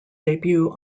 debut